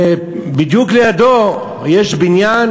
ובדיוק לידו יש בניין,